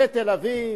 זה תל-אביב,